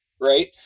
right